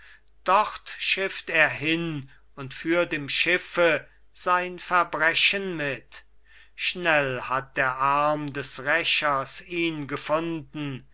dort schifft er hin und führt im schiffe sein verbrechen mit schnell hat der arm des rächers ihn gefunden